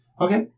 Okay